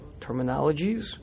terminologies